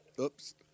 Oops